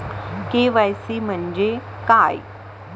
KYC म्हंजे काय?